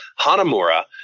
Hanamura